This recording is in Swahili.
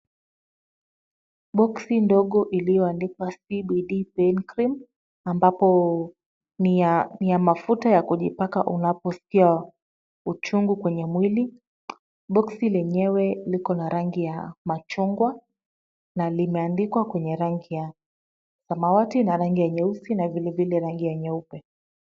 Boksi ndogo iliyoandikwa CBD Pain Cream ambapo ni ya mafuta ya kujipaka unaposikia uchungu kwenye mwili. Boksi lenyewe liko na rangi ya machungwa. Na limeandikwa kwenye rangi ya samawati na rangi ya nyeusi na vile vile rangi ya nyeupe.